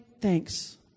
thanks